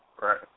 Right